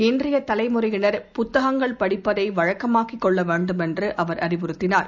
இன்றைய தலைமுறை புத்தகங்கள் படிப்பதை வழக்கமாக்கிக் கொள்ள வேண்டுமென்று அவர் அறிவுறுத்தினார்